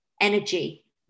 energy